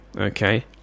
Okay